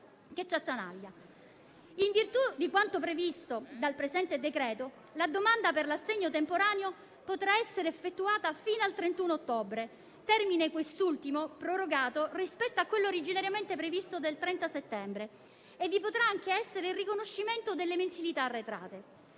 In virtù di quanto previsto dal presente decreto, la domanda per l'assegno temporaneo potrà essere effettuata fino al 31 ottobre, termine quest'ultimo prorogato rispetto a quello originariamente previsto del 30 settembre e vi potrà anche essere il riconoscimento delle mensilità arretrate.